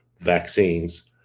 vaccines